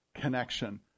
connection